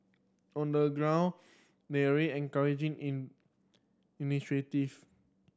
on the ground Mary encouraging in initiative